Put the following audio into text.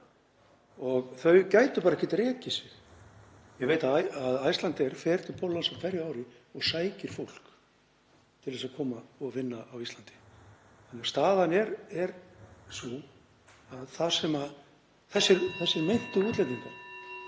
Þau gætu bara ekki rekið sig — ég veit að Icelandair fer til Póllands á hverju ári og sækir fólk til þess að koma og vinna á Íslandi. Þannig að staðan er sú að þessir meintu útlendingur